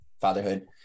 fatherhood